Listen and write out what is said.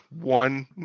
one